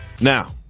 Now